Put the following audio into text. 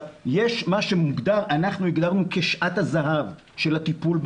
יש מה שאנחנו הגדרנו כשעת הזהב של הטיפול באנשים,